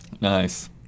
Nice